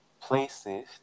places